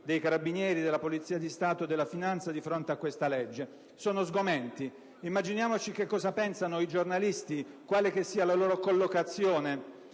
dei Carabinieri, della Polizia di Stato e della Guardia di finanza di fronte a questa legge: sono sgomenti. Immaginiamo che cosa pensano i giornalisti, quale che sia la loro collocazione